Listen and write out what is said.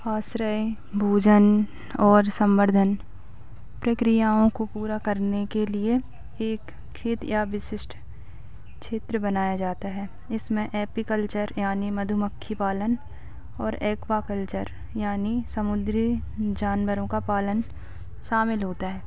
आश्रय भोजन और संवर्धन प्रक्रियाओं को पूरा करने के लिए एक खेत या विशिष्ट क्षेत्र बनाया जाता है इसमें एपिकल्चर यानि मधुमक्खी पालन और एक्वाकल्चर यानि समुद्री जानवरों का पालन शामिल होता है